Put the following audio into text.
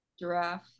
Giraffe